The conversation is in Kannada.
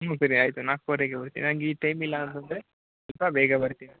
ಹ್ಞೂ ಸರಿ ಆಯಿತು ನಾಲ್ಕೂವರೆಗೆ ಹೋಗ್ತೀನಿ ನಂಗೆ ಈಗ ಟೈಮಿಲ್ಲ ಅನ್ನಿಸುತ್ತೆ ಸ್ವಲ್ಪ ಬೇಗ ಬರ್ತೀನಿ